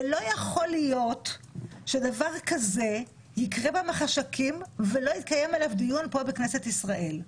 לא יכול להיות שדבר כזה יקרה במחשכים ולא יתקיים עליו דיון בכנסת ישראל.